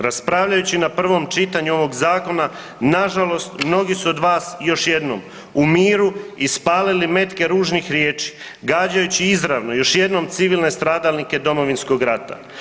Raspravljajući na prvom čitanju ovog zakona nažalost mnogi su od vas još jednom u miru ispalili metke ružnih riječi gađajući izravno još jednom civilne stradalnike Domovinskog rata.